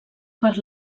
per